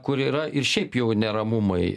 kur yra ir šiaip jau neramumai